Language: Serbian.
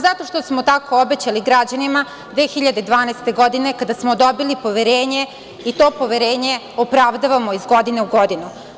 Zato što smo tako obećali građanima 2012. godine kada smo dobili poverenje, i to poverenje opravdavamo iz godine u godinu.